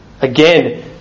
Again